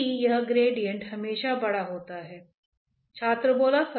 pressure gradient शून्य है कोई प्रवाह नहीं है